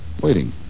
Waiting